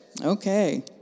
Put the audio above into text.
Okay